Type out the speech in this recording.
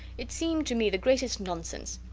it seemed to me the greatest nonsense.